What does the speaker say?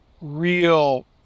real